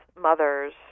mothers